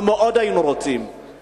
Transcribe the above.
אנחנו מאוד היינו רוצים,